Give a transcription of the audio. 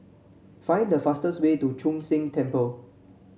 find the fastest way to Chu Sheng Temple